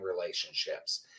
relationships